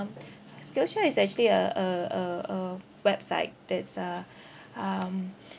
um skillshare is actually a a a um website that's uh um